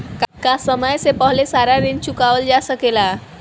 का समय से पहले सारा ऋण चुकावल जा सकेला?